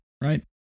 right